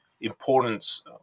importance